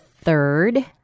third